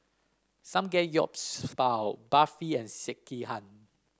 Samgeyopsal Barfi and Sekihan